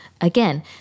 Again